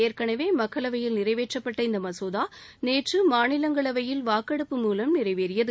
ஏற்களவே மக்களவையில் நிறைவேற்றப்பட்ட இந்த மளோதா நேற்று மாநிலங்களவையில் வாக்கெடுப்பு மூலம் நிறைவேறியது